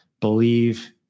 believe